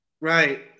Right